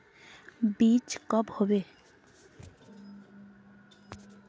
बीज कब होबे?